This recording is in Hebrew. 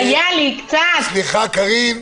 מי בעד?